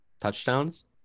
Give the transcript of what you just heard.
touchdowns